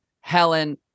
Helen